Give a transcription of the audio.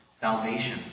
salvation